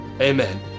amen